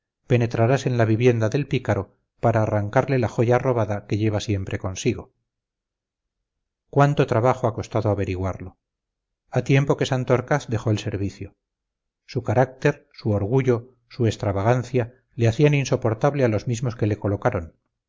penetrarás en la vivienda del pícaro para arrancarle la joya robada que lleva siempre consigo cuánto trabajo ha costado averiguarlo ha tiempo que santorcaz dejó el servicio su carácter su orgullo su extravagancia le hacían insoportable a los mismos que le colocaron